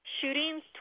shootings